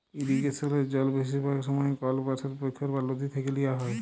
ইরিগেসলে জল বেশিরভাগ সময়ই কল পাশের পখ্ইর বা লদী থ্যাইকে লিয়া হ্যয়